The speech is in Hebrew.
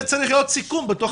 זה צריך להיות סיכום בתוך התקנות.